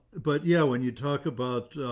but yeah, when you talk about